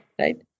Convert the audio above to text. right